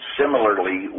similarly